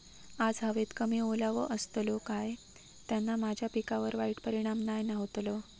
आज हवेत कमी ओलावो असतलो काय त्याना माझ्या पिकावर वाईट परिणाम नाय ना व्हतलो?